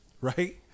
right